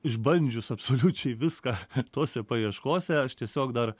išbandžius absoliučiai viską tose paieškose aš tiesiog dar